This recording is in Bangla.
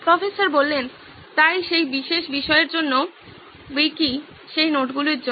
প্রফেসর তাই সেই বিশেষ বিষয়ের জন্য উইকি সেই নোটগুলির জন্য